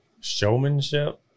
showmanship